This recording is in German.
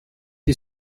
die